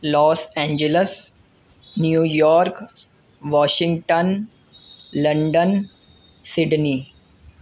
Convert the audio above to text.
Los Angeles New York Washington London Sydney